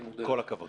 אני מודה לך.